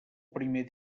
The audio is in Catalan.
primer